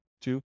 Two